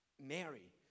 Mary